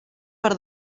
per